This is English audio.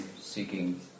seeking